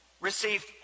receive